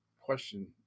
question